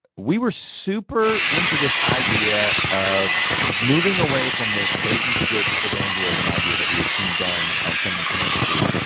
we were super into this idea of moving away from this bait and switch evangelism idea that we had seen done on so many campuses.